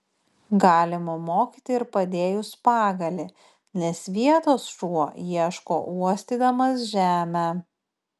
galima mokyti ir padėjus pagalį nes vietos šuo ieško uostydamas žemę